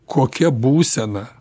kokia būsena